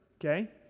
okay